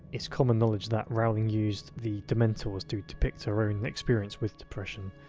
it's common knowledge that rowling used the dementors to depict her own experience with depression.